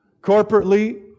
Corporately